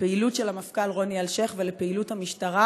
לפעילות של המפכ"ל רוני אלשיך ולפעילות המשטרה,